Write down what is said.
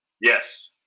Yes